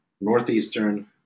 northeastern